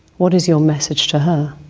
what is your message to her?